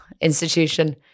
institution